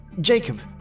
Jacob